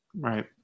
Right